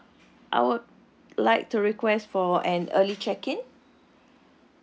uh I would like to request for an early check-in